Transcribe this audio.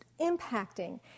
impacting